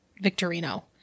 Victorino